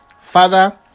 Father